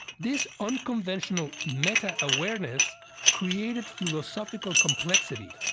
this unconventional meta-awareness created philosophical complexity,